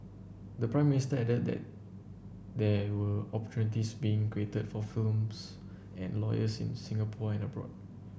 the Prime Minister added that there were opportunities being created for firms and lawyers in Singapore and abroad